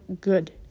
good